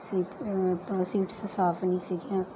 seat seats ਸਾਫ ਨਹੀਂ ਸੀਗੀਆਂ